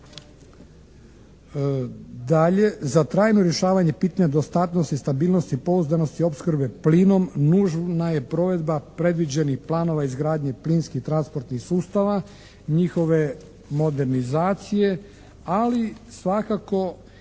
Dalje, za trajno rješavanje pitanja dostatnosti, stabilnosti i pouzdanosti opskrbe plinom nužna je provedba predviđenih planova izgradnje plinskih transportnih sustava, njihove modernizacije, ali svakako